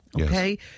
Okay